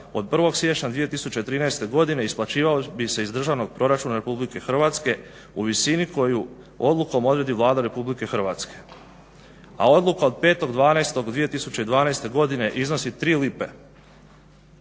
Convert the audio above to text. od 1. siječnja 2013. godine isplaćivao bi se iz državnog proračuna RH u visini koju odlukom odredi Vlada RH. A odluka od 5. 12.2012. godine iznosi 3 lipe